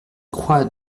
croix